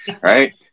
Right